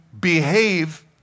behave